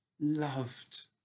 loved